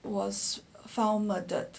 was found murdered